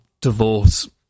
divorce